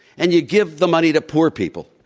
and you give the money to poor people,